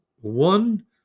one